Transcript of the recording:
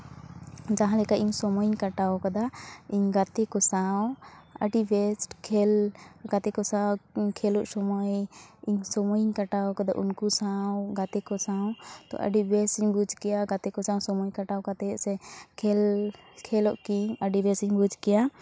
ᱡᱟᱦᱟᱸᱞᱮᱠᱟ ᱤᱧ ᱥᱚᱢᱚᱭᱤᱧ ᱠᱟᱴᱟᱣ ᱠᱟᱫᱟ ᱤᱧ ᱜᱟᱛᱮ ᱠᱚ ᱥᱟᱶ ᱟᱹᱰᱤ ᱵᱮᱹᱥᱴ ᱠᱷᱮᱞ ᱜᱟᱛᱮ ᱠᱚ ᱥᱟᱶ ᱠᱷᱮᱞᱳᱜ ᱥᱚᱢᱚᱭ ᱤᱧ ᱥᱚᱢᱚᱭᱤᱧ ᱠᱟᱴᱟᱣ ᱠᱟᱫᱟ ᱩᱱᱠᱩ ᱥᱟᱶ ᱜᱟᱛᱮ ᱠᱚ ᱥᱟᱶ ᱛᱚ ᱟᱹᱰᱤ ᱵᱮᱥᱤᱧ ᱵᱩᱡᱽ ᱠᱮᱭᱟ ᱜᱟᱛᱮ ᱠᱚ ᱥᱟᱶ ᱥᱚᱢᱚᱭ ᱠᱟᱴᱟᱣ ᱠᱟᱛᱮᱫ ᱥᱮ ᱠᱷᱮᱞ ᱠᱷᱮᱞᱳᱜ ᱠᱤ ᱟᱹᱰᱤ ᱵᱮᱥᱤᱧ ᱵᱩᱡᱽ ᱠᱮᱭᱟ